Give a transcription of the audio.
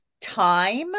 time